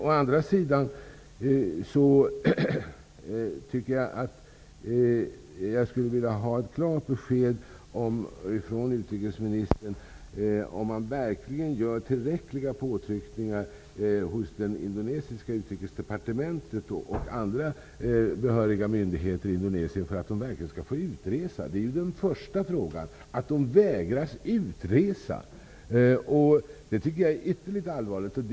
Å andra sidan skulle jag vilja ha ett klart besked från utrikesministern om man verkligen gör tillräckliga påtryckningar hos det indonesiska utrikesdepartementet och hos andra behöriga myndigheter i Indonesien för att flyktingarna skall få resa ut. Den första frågan gäller det faktum att de vägras utresa.